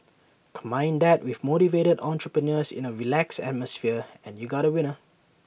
combine that with motivated entrepreneurs in A relaxed atmosphere and you got A winner